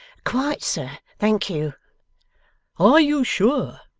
quite, sir, thank you are you sure?